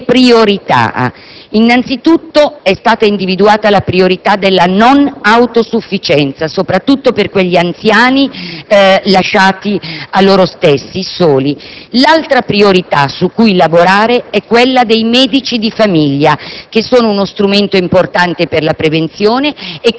Chiedo ancora un minuto, e concludo, per individuare le priorità. Innanzitutto è stata individuata la priorità della non autosufficienza, soprattutto per gli anziani soli e lasciati a loro stessi. L'altra priorità su cui lavorare è quella dei medici